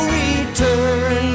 return